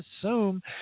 assume